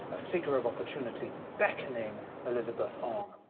a figure of opportunity beckoning elizabeth on.